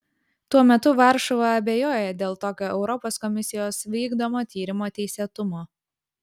tuo metu varšuva abejoja dėl tokio europos komisijos vykdomo tyrimo teisėtumo